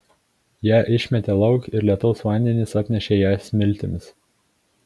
ją išmetė lauk ir lietaus vandenys apnešė ją smiltimis